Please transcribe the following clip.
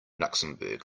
luxembourg